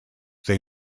they